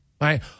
right